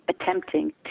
attempting